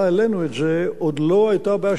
עוד לא היתה בעיה של נפילת הגז ממצרים.